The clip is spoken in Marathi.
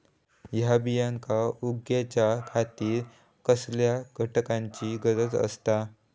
हया बियांक उगौच्या खातिर कसल्या घटकांची गरज आसता?